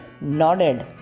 nodded